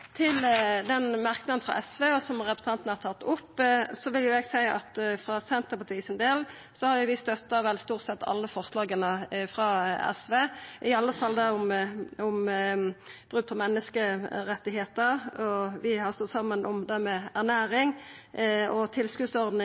Til merknaden frå SV, som representanten har tatt opp, vil eg seia at for Senterpartiets del har vi stort sett støtta alle forslaga frå SV – i alle fall det om brot på menneskerettar, og vi stod saman om det som gjeld ernæring. Ei tilskotsordning